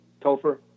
Topher